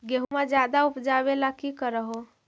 गेहुमा ज्यादा उपजाबे ला की कर हो?